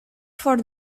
for